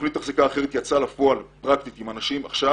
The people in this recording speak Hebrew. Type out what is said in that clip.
תוכנית אחזקה אחרת יצאה לפועל עם אנשים עכשיו